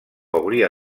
hauria